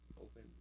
open